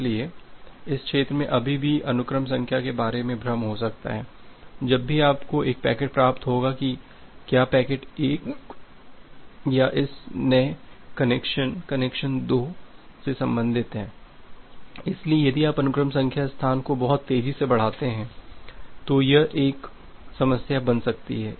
इसलिए इस क्षेत्र में अभी भी अनुक्रम संख्या के बारे में भ्रम हो सकता है जब भी आपको एक पैकेट प्राप्त होगा कि क्या पैकेट 1 या इस नए कनेक्शन कनेक्शन 2 से संबंधित है इसलिए यदि आप अनुक्रम संख्या स्थान को बहुत तेजी से बढ़ाते हैं तो यह एक समस्या बन सकती है